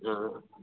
हाँ